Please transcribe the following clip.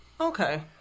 Okay